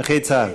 נכי צה"ל.